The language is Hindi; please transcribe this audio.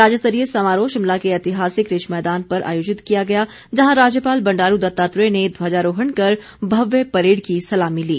राज्यस्तरीय समारोह शिमला के ऐतिहासिक रिज मैदान पर आयोजित किया गया जहां राज्यपाल बंडारू दत्तात्रेय ने ध्वजारोहण कर भव्य परेड की सलामी ली